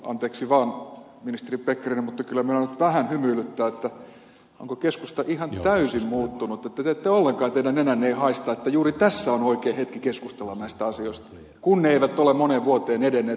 anteeksi vaan ministeri pekkarinen mutta kyllä minua nyt vähän hymyilyttää että onko keskusta ihan täysin muuttunut että te ette ollenkaan teidän nenänne ei haista että juuri tässä on oikea hetki keskustella näistä asioista kun ne eivät ole moneen vuoteen edenneet sinnikkäästä yrityksestä huolimatta